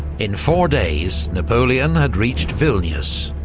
in four days napoleon had reached vilnius,